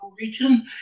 region